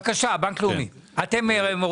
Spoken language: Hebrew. בתקופה הזאת אפשר לראות האם המהלכים